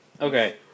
Okay